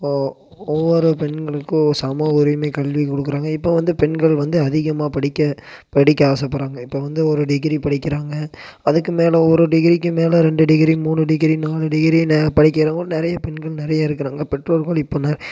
ஒ ஒவ்வொரு பெண்களுக்கும் ஒரு சமஉரிமை கல்வி கொடுக்குறாங்க இப்போ வந்து பெண்கள் வந்து அதிகமாக படிக்க படிக்க ஆசப்படுறாங்க இப்போ வந்து ஒரு டிகிரி படிக்கிறாங்க அதுக்கும் மேலே ஒரு டிகிரிக்கும் மேலே ரெண்டு டிகிரி மூணு டிகிரி நாலு டிகிரின்னு படிக்கிறவங்க நிறைய பெண்கள் நிறைய இருக்கிறாங்க பெற்றோர்கள் இப்போன